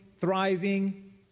thriving